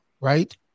right